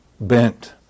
bent